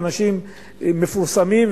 ואנשים מפורסמים,